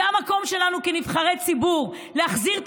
זה המקום שלנו כנבחרי ציבור להחזיר את